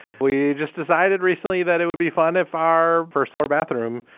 we just decided recently that it would be fine if our first floor bathroom,